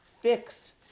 fixed